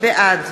בעד